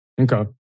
Okay